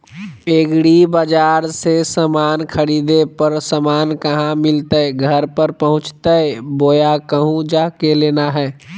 एग्रीबाजार से समान खरीदे पर समान कहा मिलतैय घर पर पहुँचतई बोया कहु जा के लेना है?